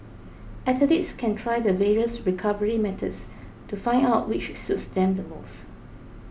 athletes can try the various recovery methods to find out which suits them the most